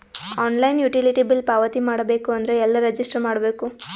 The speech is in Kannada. ಆನ್ಲೈನ್ ಯುಟಿಲಿಟಿ ಬಿಲ್ ಪಾವತಿ ಮಾಡಬೇಕು ಅಂದ್ರ ಎಲ್ಲ ರಜಿಸ್ಟರ್ ಮಾಡ್ಬೇಕು?